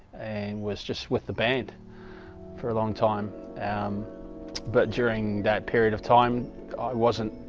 and was just with the band for a long time um but during that period of time i wasn't